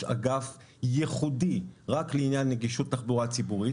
אגף ייחודי רק לעניין נגישות תחבורה ציבורית.